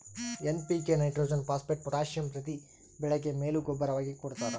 NPK nitrogen phosphate potassium ಪ್ರತಿ ಬೆಳೆಗೆ ಮೇಲು ಗೂಬ್ಬರವಾಗಿ ಕೊಡ್ತಾರ